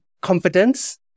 Confidence